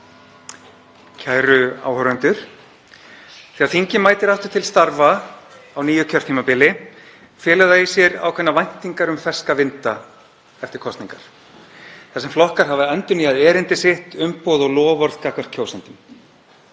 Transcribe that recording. Kæru áheyrendur. Þegar þingið mætir aftur til starfa á nýju kjörtímabili felur það í sér ákveðnar væntingar um ferska vinda eftir kosningar þar sem flokkar hafa endurnýjað erindi sitt, umboð og loforð gagnvart kjósendum.